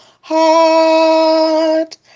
heart